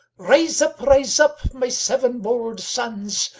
rise up, rise up, my seven bold sons,